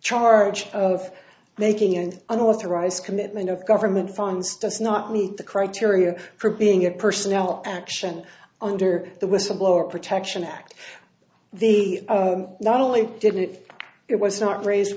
charge of making and an authorized commitment of government funds does not meet the criteria for being a personnel action under the whistleblower protection act the not only did it it was not raised